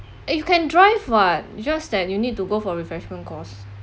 eh you can drive [what] it just that you need to go for a refreshment course